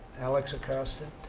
alex acosta.